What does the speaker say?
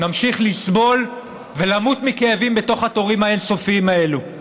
ממשיך לסבול ולמות מכאבים בתוך התורים האין-סופיים האלו.